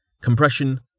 compression